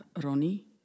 Ronnie